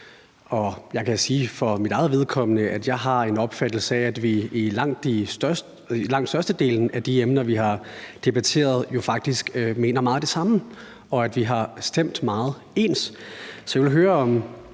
jeg kan sige for mit eget vedkommende, at jeg har en opfattelse af, at vi, for så vidt angår langt størstedelen af de emner, vi har debatteret, jo faktisk mener meget det samme, og at vi har stemt meget ens. Så jeg vil høre, om